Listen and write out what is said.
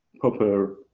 proper